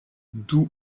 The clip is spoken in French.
d’où